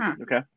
Okay